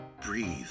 Breathe